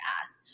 ask